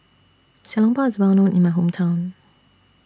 Xiao Long Bao IS Well known in My Hometown